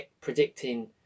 predicting